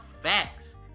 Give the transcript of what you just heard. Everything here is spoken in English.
facts